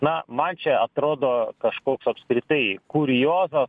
na man čia atrodo kažkoks apskritai kuriozas